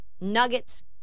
Nuggets